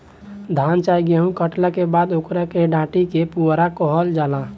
धान चाहे गेहू काटला के बाद ओकरा डाटी के पुआरा कहल जाला